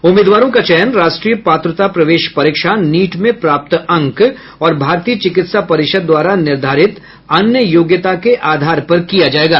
उम्मीदवारों का चयन राष्ट्रीय पात्रता प्रवेश परीक्षा नीट में प्राप्त अंक और भारतीय चिकित्सा परिषद द्वारा निर्धारित अन्य योग्यता के आधार पर किया जाएगा